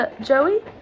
Joey